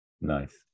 Nice